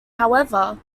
however